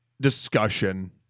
discussion